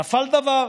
נפל דבר: